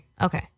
Okay